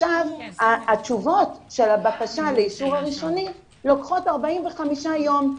התשובות של הבקשה לאישור הראשוני לוקחות 45 יום.